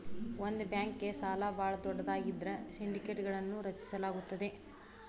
ಒಂದ ಬ್ಯಾಂಕ್ಗೆ ಸಾಲ ಭಾಳ ದೊಡ್ಡದಾಗಿದ್ರ ಸಿಂಡಿಕೇಟ್ಗಳನ್ನು ರಚಿಸಲಾಗುತ್ತದೆ